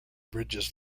bridges